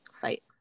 fight